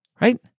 right